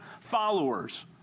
followers